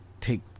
take